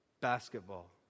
basketball